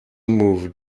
move